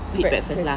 breakfast